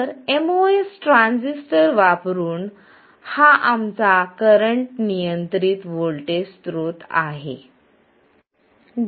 तर MOS transistor वापरून हा आमचा करंट नियंत्रित व्होल्टेज स्रोत आहे